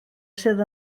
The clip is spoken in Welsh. sydd